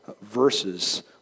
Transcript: verses